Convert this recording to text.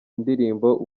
ndirimbo